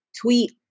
Tweet